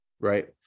right